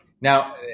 Now